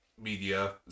media